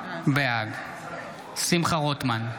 בעד שמחה רוטמן,